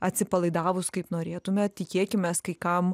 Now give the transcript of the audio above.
atsipalaidavus kaip norėtume tikėkimės kai kam